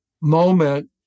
moment